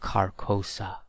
Carcosa